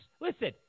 listen